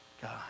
God